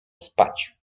spać